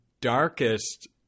darkest